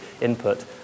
input